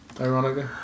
ironically